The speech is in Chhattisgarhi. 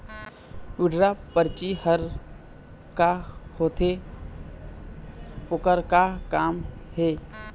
विड्रॉ परची हर का होते, ओकर का काम हे?